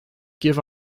give